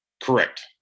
Correct